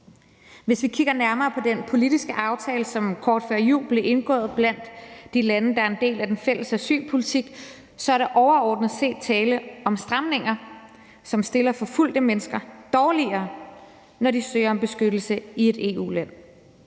Hvis vi kigger nærmere på den politiske aftale, som kort før jul blev indgået blandt de lande, der er en del af den fælles asylpolitik, så er der overordnet set tale om stramninger, som stiller forfulgte mennesker dårligere, når de søger om beskyttelse i et EU-land.